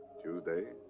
tuesday.